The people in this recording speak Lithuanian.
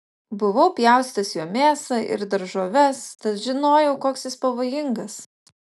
buvau pjaustęs juo mėsą ir daržoves tad žinojau koks jis pavojingas